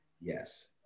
Yes